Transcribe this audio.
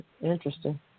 Interesting